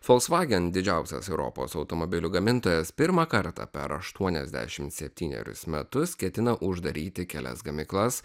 volkswagen didžiausias europos automobilių gamintojas pirmą kartą per aštuoniasdešimt septynerius metus ketina uždaryti kelias gamyklas